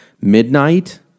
midnight